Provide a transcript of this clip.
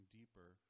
deeper